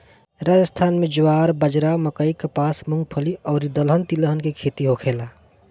राजस्थान में ज्वार, बाजारा, मकई, कपास, मूंगफली अउरी दलहन तिलहन के खेती होखेला